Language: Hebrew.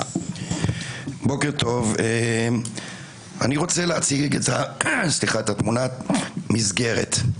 בוקר טוב, אני רוצה להציג את תמונת המסגרת.